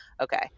okay